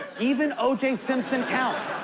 even oj simpson counts.